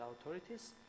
authorities